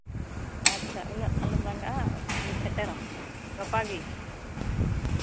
ᱟᱪᱪᱷᱟ ᱩᱱᱟᱹᱜ ᱟᱞᱚᱢ ᱨᱟᱸᱜᱟᱜᱼᱟ ᱥᱮᱴᱮᱨ ᱟᱢᱟ ᱜᱟᱯᱟᱜᱮ